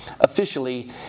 officially